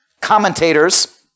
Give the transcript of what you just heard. commentators